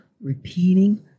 repeating